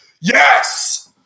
Yes